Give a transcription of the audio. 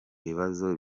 bibazo